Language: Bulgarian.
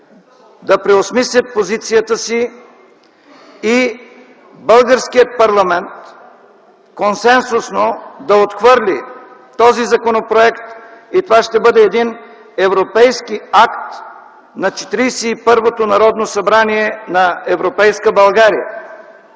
да преосмислят позицията си и българският парламент консенсусно да отхвърли този законопроект. Това ще бъде един европейски акт на Четиридесет и първото Народно събрание на европейска България!